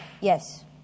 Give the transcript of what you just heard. yes